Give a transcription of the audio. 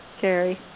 Carrie